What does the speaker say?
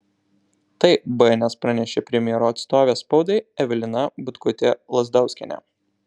tai bns pranešė premjero atstovė spaudai evelina butkutė lazdauskienė